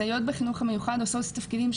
סייעות בחינוך המיוחד עושות תפקידים,